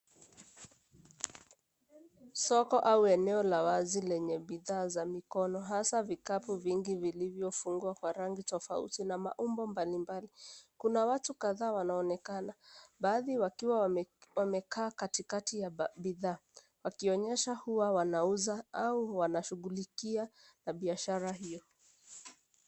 Soko au eneo la wazi lenye bidhaa za mikono hasa vikapu vingi vilivyofungwa kwa rangi tofauti na maumbo mbalimbali. Kuna watu kadhaa wanaoonekana, baadhi wakiwa wamekaa katikati ya bidhaa, wakionyesha huwa wanauza au wanashughulikia na biashara hiyo.